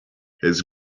his